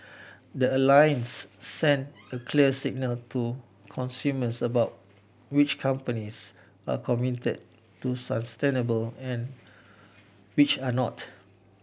the Alliance sends a clear signal to consumers about which companies are committed to sustainability and which are not